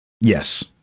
Yes